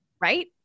Right